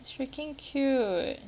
freaking cute